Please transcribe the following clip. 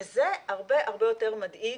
וזה הרבה יותר מדאיג,